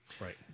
right